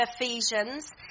Ephesians